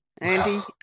Andy